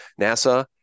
NASA